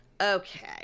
okay